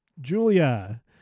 Julia